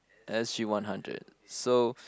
s_g one hundred so